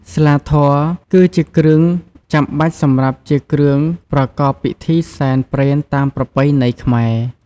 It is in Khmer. ស្លាធម៌ គឺជាគ្រឿងចាំបាច់សម្រាប់ជាគ្រឿងប្រកបពិធីសែនព្រេនតាមប្រពៃណីខ្មែរ។